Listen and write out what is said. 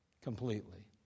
completely